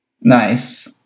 Nice